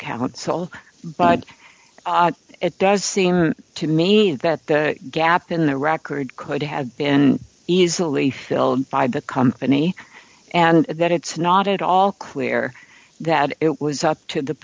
counsel but it does seem to me that the gap in the record could have been easily filled by the company and that it's not at all clear that it was up to the